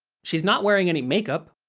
she's not wearing any makeup,